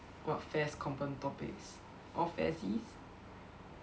what FASS common topics all FASSies